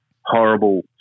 horrible